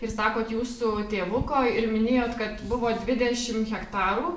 ir sakot jūsų tėvuko ir minėjot kad buvo dvidešim hektarų